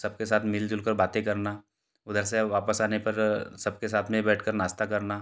सबके साथ मिलजुल कर बातें करना उधर से वापस आने पर सबके साथ में ही बैठकर नाश्ता करना